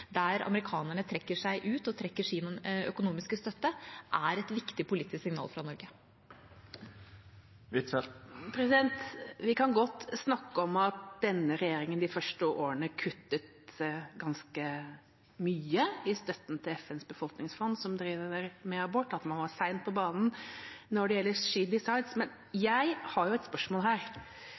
der amerikanerne trekker seg ut og trekker sin økonomiske støtte, er et viktig politisk signal fra Norge. Vi kan godt snakke om at denne regjeringa de første årene kuttet ganske mye i støtten til FNs befolkningsfond, som driver med abort, og at man var sent på banen når det gjelder SheDecides. Men jeg har et spørsmål her,